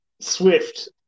Swift